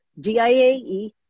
DIAE